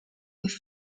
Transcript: with